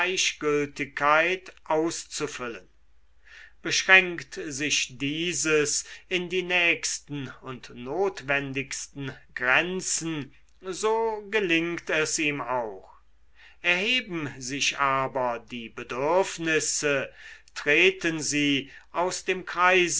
gleichgültigkeit auszufüllen beschränkt sich dieses in die nächsten und notwendigsten grenzen so gelingt es ihm auch erheben sich aber die bedürfnisse treten sie aus dem